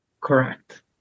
Correct